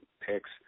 picks